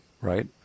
right